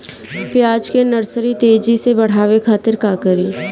प्याज के नर्सरी तेजी से बढ़ावे के खातिर का करी?